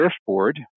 surfboard